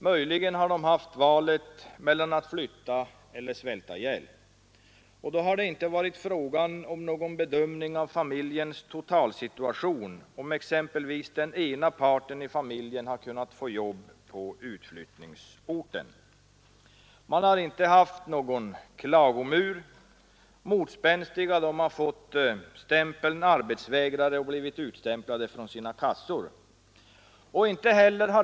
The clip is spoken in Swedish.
Möjligen har de haft valet mellan att flytta och att svälta ihjäl. Då har det inte varit frågan om någon bedömning av familjens totalsituation, om exempelvis den ena parten i familjen har kunnat få jobb på utflyttningsorten. Man har inte haft någon klagomur. Motspänstiga har fått stämpeln arbetsvägrare och blivit utstämplade från sina kassor.